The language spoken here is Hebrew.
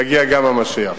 יגיע גם המשיח.